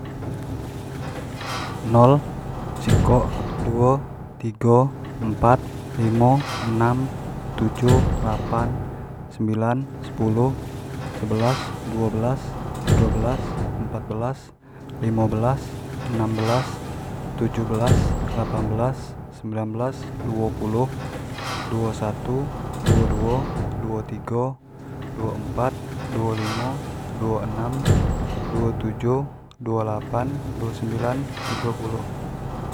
Nol, sekok, duo, tigo, empat, limo, enam, tujuh, delapan, sembilan, sepuluh, sebelas. duo belas, tigo belas, empat belas, limo belas, enam belas, tujuh belas, lapan belas, sembilan belas, duo puluh, duo satu, duo duo, duo tigo duo empat, duo limo, duo enam, duo tujuh, duo lapan, duo sembilan, tigo puluh.